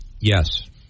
Yes